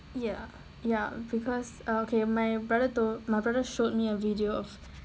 ya ya because err okay my brother told my brother showed me a video of